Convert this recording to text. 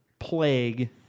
plague